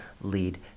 lead